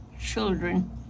children